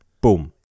Boom